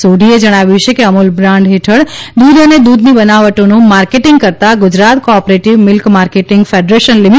સોઢીએ જણાવ્યું છે કે અમૂલ બ્રાન્ડ ફેઠળ દૂધ અને દૂધની બનાવટોનું માર્કેટિંગ કરતાં Gujarat cooperative milk marketing federation લિ